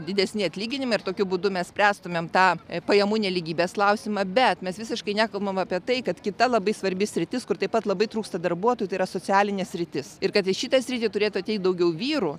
didesni atlyginimai ir tokiu būdu mes spręstumėm tą pajamų nelygybės klausimą bet mes visiškai nekalbam apie tai kad kita labai svarbi sritis kur taip pat labai trūksta darbuotojų yra socialinė sritis ir kad šitą sritį turėtų ateiti daugiau vyrų